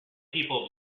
people